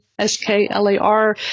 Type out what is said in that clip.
S-K-L-A-R